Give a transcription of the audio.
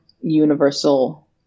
universal